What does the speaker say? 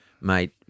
mate